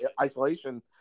Isolation